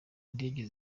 ndege